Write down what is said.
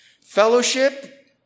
fellowship